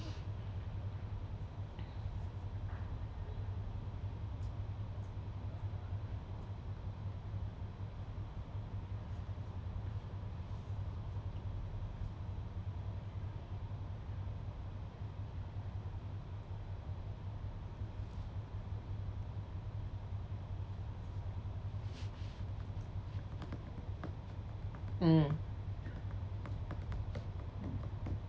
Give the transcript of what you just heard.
mm